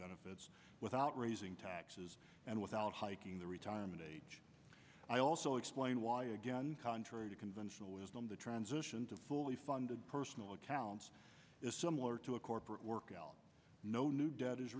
benefits without raising taxes and without hiking the retirement age i also explain why again contrary to conventional wisdom the transition to fully funded personal accounts is similar to a corporate work no new debt is